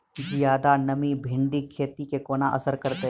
जियादा नमी भिंडीक खेती केँ कोना असर करतै?